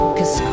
Cause